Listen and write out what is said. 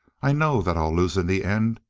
i know that i'll lose in the end.